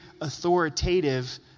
authoritative